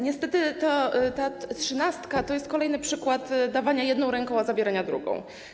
Niestety ta trzynastka to jest kolejny przykład dawania jedną ręką, a zabierania drugą.